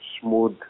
smooth